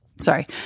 sorry